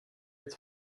its